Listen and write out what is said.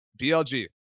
BLG